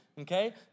okay